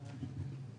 אני אתן לך.